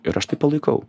ir aš tai palaikau